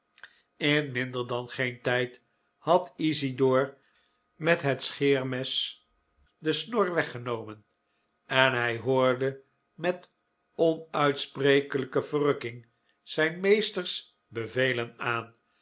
in minder dan geen tijd had isidor met het scheermes de snor weggenomen en hij hoorde met onuitsprekelijke verrukking zijn meesters bevelen aan